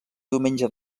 diumenge